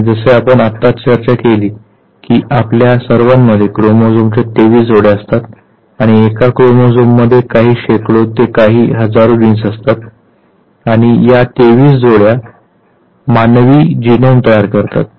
आणि जसे आपण आत्ताच चर्चा केली की आपल्या सर्वांमध्ये क्रोमोझोमच्या 23 जोड्या असतात आणि एका क्रोमोझोम मध्ये काही शेकडो ते काही हजारो जीन्स असतात आणि या 23 जोड्या मानवी जीनोम तयार करतात